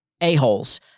a-holes